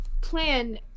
plan